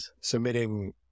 submitting